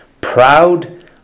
proud